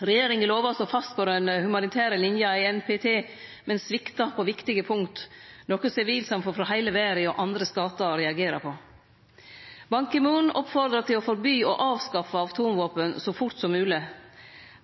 Regjeringa lovar å stå fast på den humanitære linja i NPT, men sviktar på viktige punkt, noko sivilsamfunn frå heile verda og andre statar reagerer på. Ban Ki-moon oppfordrar til å forby og avskaffe atomvåpen så fort som mogleg.